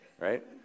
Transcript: right